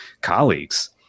colleagues